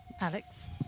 Alex